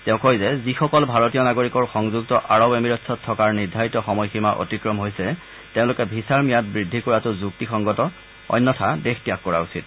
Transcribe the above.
তেওঁ কয় যে যিসকল ভাৰতীয় নাগৰিকৰ সংযুক্ত আৰব এমিৰেটচত থকাৰ নিৰ্ধাৰিত সময়সীমা অতিক্ৰম কৰিছে তেওঁলোকে ভিছাৰ ম্যাদ বৃদ্ধি কৰাটো যুক্তিসংগত অন্যথা দেশ ত্যাগ কৰা উচিত